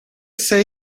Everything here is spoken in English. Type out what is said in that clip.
say